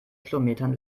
kilometern